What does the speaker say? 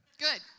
Good